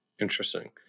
Interesting